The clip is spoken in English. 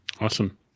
Awesome